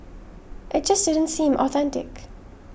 it just didn't seem authentic